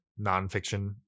nonfiction